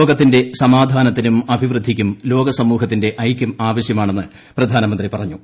ലോകത്തിന്റെ സമാധാനത്തിനും അഭിവൃദ്ധിക്കും ലോക സമൂഹത്തിന്റെ ഐക്യം ആവശ്യമാണെന്ന് പ്രധാനമന്ത്രി പറഞ്ഞു